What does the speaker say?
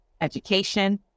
education